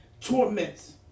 torments